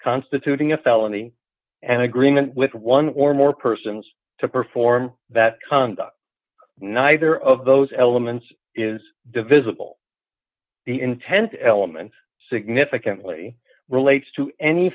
constituting a felony an agreement with one or more persons to perform that conduct neither of those elements is divisible the intent element significantly relates to any